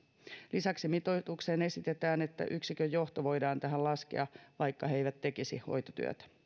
lisäksi mitoitukseen esitetään että yksikön johto voidaan tähän laskea vaikka he eivät tekisi hoitotyötä